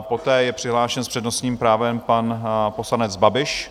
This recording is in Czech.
Poté je přihlášen s přednostním právem pan poslanec Babiš.